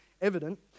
evident